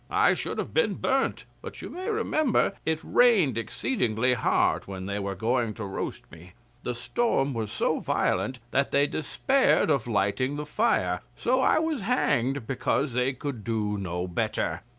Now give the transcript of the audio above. i should have been burnt, but you may remember it rained exceedingly hard when they were going to roast me the storm was so violent that they despaired of lighting the fire, so i was hanged because they could do no better.